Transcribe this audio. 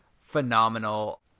phenomenal